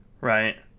right